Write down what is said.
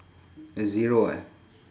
a zero eh